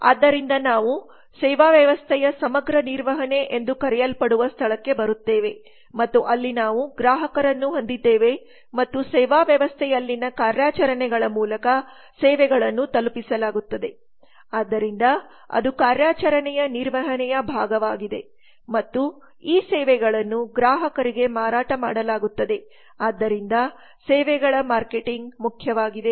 ಆದ್ದರಿಂದ ನಾವು ಸೇವಾ ವ್ಯವಸ್ಥೆಯ ಸಮಗ್ರ ನಿರ್ವಹಣೆ ಎಂದು ಕರೆಯಲ್ಪಡುವ ಸ್ಥಳಕ್ಕೆ ಬರುತ್ತೇವೆ ಮತ್ತು ಅಲ್ಲಿ ನಾವು ಗ್ರಾಹಕರನ್ನು ಹೊಂದಿದ್ದೇವೆ ಮತ್ತು ಸೇವಾ ವ್ಯವಸ್ಥೆಯಲ್ಲಿನ ಕಾರ್ಯಾಚರಣೆಗಳ ಮೂಲಕ ಸೇವೆಗಳನ್ನು ತಲುಪಿಸಲಾಗುತ್ತದೆ ಆದ್ದರಿಂದ ಅದು ಕಾರ್ಯಾಚರಣೆಯ ನಿರ್ವಹಣೆಯ ಭಾಗವಾಗಿದೆ ಮತ್ತು ಈ ಸೇವೆಗಳನ್ನು ಗ್ರಾಹಕರಿಗೆ ಮಾರಾಟ ಮಾಡಲಾಗುತ್ತದೆ ಮತ್ತು ಆದ್ದರಿಂದ ಸೇವೆಗಳ ಮಾರ್ಕೆಟಿಂಗ್ ಮುಖ್ಯವಾಗಿದೆ